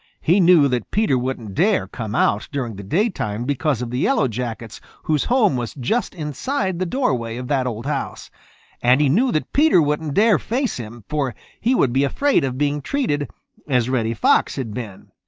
he knew that peter wouldn't dare come out during the daytime because of the yellow jackets whose home was just inside the doorway of that old house and he knew that peter wouldn't dare face him, for he would be afraid of being treated as reddy fox had been.